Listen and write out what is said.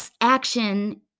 action